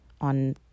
on